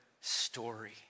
story